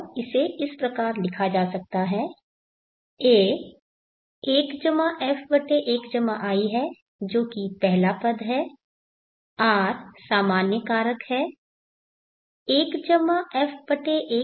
और इसे इस प्रकार लिखा जा सकता है a 1f1i है जो कि पहला पद है r सामान्य कारक है 1f1in